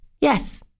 yes